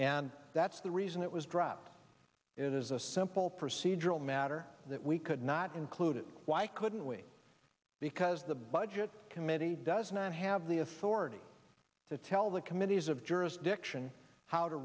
and that's the reason it was dropped it is a simple procedural matter that we could not include why couldn't we because the budget committee does not have the authority to tell the committees of jurisdiction how to